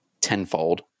tenfold